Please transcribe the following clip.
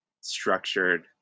structured